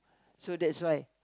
so that's why